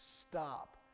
stop